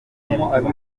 by’ubuzima